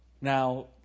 now